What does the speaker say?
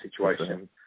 situation